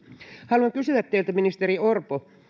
haluan kysyä teiltä ministeri orpo